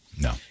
No